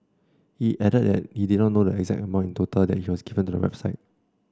he added that he did not know the exact amount in total that he has given to the website